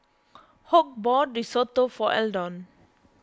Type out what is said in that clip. Hoke bought Risotto for Eldon